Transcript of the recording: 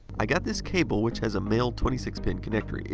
i got this cable which has a male twenty six pin connector.